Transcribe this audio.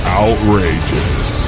outrageous